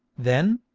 then,